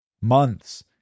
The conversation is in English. months